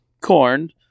corn